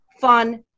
fun